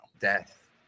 Death